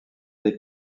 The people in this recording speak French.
des